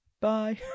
bye